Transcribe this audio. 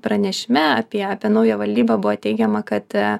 pranešime apie apie naują valdybą buvo teigiama kad